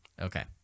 Okay